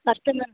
customer